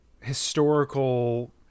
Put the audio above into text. historical